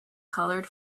colored